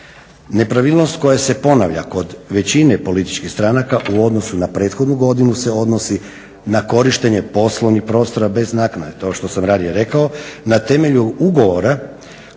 Nepravilnost koja se ponavlja kod većine političkih stranaka u odnosu na prethodnu godinu se odnosi na korištenje poslovnih prostora bez naknade, kao što sam ranije rekao, na temelju ugovora